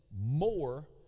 more